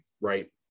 right